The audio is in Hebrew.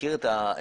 מכיר את הנושא,